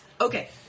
okay